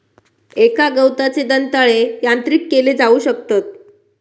एका गवताचे दंताळे यांत्रिक केले जाऊ शकतत